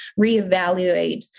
reevaluate